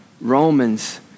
Romans